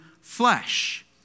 flesh